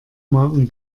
magen